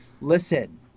listen